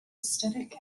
aesthetic